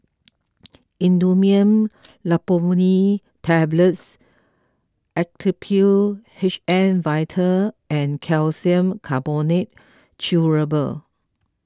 Imodium Loperamide Tablets Actrapid H M Vital and Calcium Carbonate Chewable